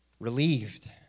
Relieved